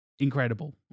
incredible